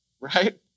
right